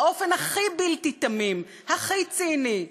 באופן הכי בלתי תמים, הכי ציני,